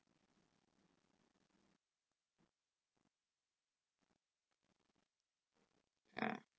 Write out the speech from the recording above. ah